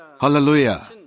Hallelujah